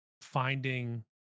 finding